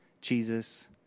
Jesus